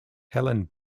helen